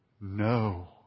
no